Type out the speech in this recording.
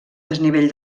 desnivell